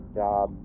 job